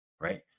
right